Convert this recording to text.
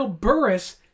Burris